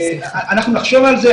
אנחנו נחשוב על זה,